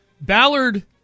Ballard